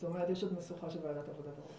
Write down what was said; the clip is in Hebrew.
זאת אומרת יש עוד משוכה של ועדת העבודה והרווחה.